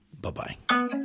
bye-bye